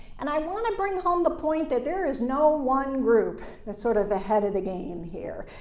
and i want to bring home the point that there is no one group that's sort of ahead of the game here.